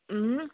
اۭں